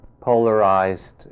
polarized